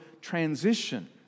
transition